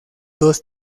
dos